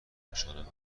نشانم